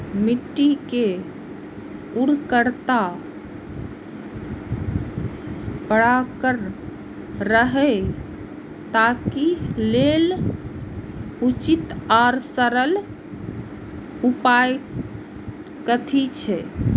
मिट्टी के उर्वरकता बरकरार रहे ताहि लेल उचित आर सरल उपाय कथी छे?